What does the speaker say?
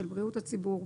של בריאות הציבור.